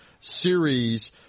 series